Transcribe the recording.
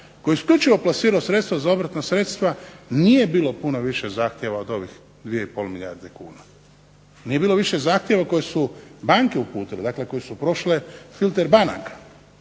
koji isključivo plasirao sredstva za obratna sredstva nije bilo puno više zahtjeva od ovih 2,5 milijarde kuna. Nije bilo više zahtjeva koje su banke uputile, dakle koje su prošle filter banaka.